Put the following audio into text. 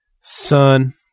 son